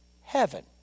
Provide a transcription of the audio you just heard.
heaven